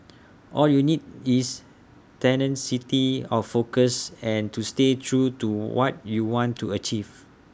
all you need is tenacity of focus and to stay true to what you want to achieve